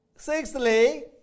Sixthly